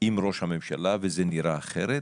עם ראש הממשלה וזה נראה אחרת,